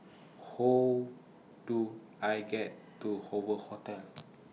How Do I get to Hoover Hotel